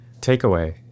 takeaway